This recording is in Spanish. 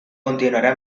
continuará